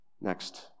Next